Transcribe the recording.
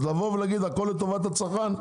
אז לא להגיד שהכול לטובת הצרכן.